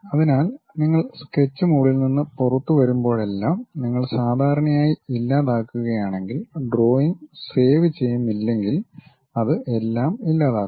അതിനാൽ നിങ്ങൾ സ്കെച്ച് മോഡിൽ നിന്ന് പുറത്തുവരുമ്പോഴെല്ലാം നിങ്ങൾ സാധാരണയായി ഇല്ലാതാക്കുകയാണെങ്കിൽ ഡ്രോയിംഗ് സേവ് ചെയുന്നില്ലെങ്കിൽ അത് എല്ലാം ഇല്ലാതാക്കുന്നു